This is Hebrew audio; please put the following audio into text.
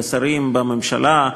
ושרים בממשלה,